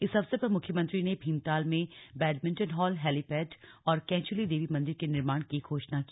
इस अवसर पर मुख्यमंत्री ने भीमताल में बैडमिंटन हॉल हैलीपैड और कैंचुली देवी मन्दिर के निर्माण की घोषणा की